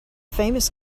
famous